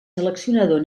seleccionador